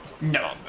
No